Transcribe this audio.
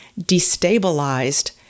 destabilized